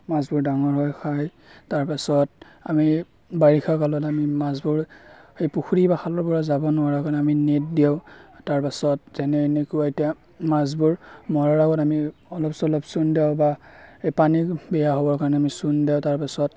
মাছবোৰ ডাঙৰ হয় খায় তাৰপাছত আমি বাৰিষা কালত আমি মাছবোৰ সেই পুখুৰী বা খালৰ পৰা যাব নোৱাৰাৰ কাৰণে আমি নেট দিওঁ তাৰপাছত যেনে এনেকুৱা এতিয়া মাছবোৰ মৰাৰ আগত আমি অলপ চলপ চূণ দিওঁ বা এই পানী বেয়া হ'বৰ কাৰণে আমি চূণ দিওঁ তাৰপাছত